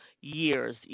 years